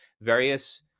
various